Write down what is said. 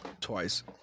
twice